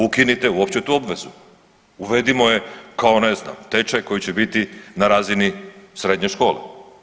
Ukinite uopće tu obvezu, uvedimo je ne znam kao tečaj koji će biti na razini srednje škole.